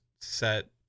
set